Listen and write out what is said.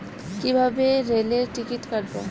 কিভাবে রেলের টিকিট কাটব?